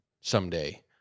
someday